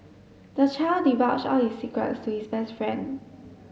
the child divulged all his secrets to his best friend